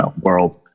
world